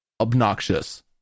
obnoxious